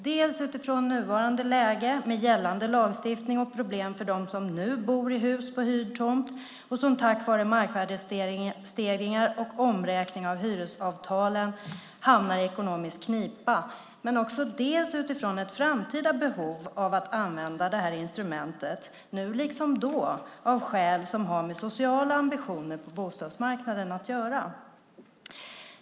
Det är dels utifrån nuvarande läge med gällande lagstiftning och problem för dem som nu bor i hus på hyrd tomt och som på grund av markvärdesstegringar och omräkning av hyresavtalen hamnar i ekonomisk knipa, dels utifrån ett framtida behov att använda instrumentet nu liksom tidigare av skäl som har med sociala ambitioner på bostadsmarknaden att göra.